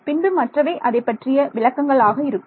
பின்பு மற்றவை அதைப் பற்றிய விளக்கங்கள் ஆக இருக்கும்